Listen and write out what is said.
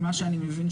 ממה שאני מבין,